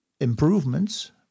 improvements